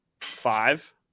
five